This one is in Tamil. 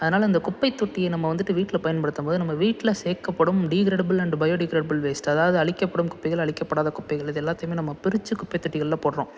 அதனால அந்த குப்பைத் தொட்டியை நம்ம வந்துட்டு வீட்டில் பயன்படுத்தும் போது நம்ம வீட்டில் சேர்க்கப்படும் டிக்ரேடபுள் அண்டு பயோடிக்ரேடபுள் வேஸ்ட் அதாவது அழிக்கப்படும் குப்பைகள் அழிக்கப்படாத குப்பைகள் இது எல்லாத்தையும் நம்ம பிரித்து குப்பைத் தொட்டகளில் போடுறோம்